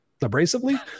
abrasively